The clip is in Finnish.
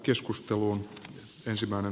siirrytään keskusteluun